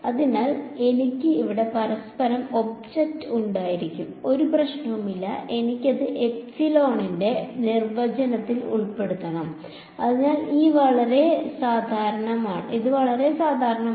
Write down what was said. അതിനാൽ എനിക്ക് ഇവിടെ പരസ്പരം ഒബ്ജക്റ്റ് ഉണ്ടായിരിക്കാം ഒരു പ്രശ്നവുമില്ല എനിക്ക് അത് എപ്സിലോണിന്റെ നിർവചനത്തിൽ ഉൾപ്പെടുത്തണം അതിനാൽ ഇത് വളരെ സാധാരണമാണ്